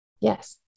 Yes